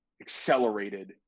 accelerated